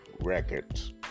records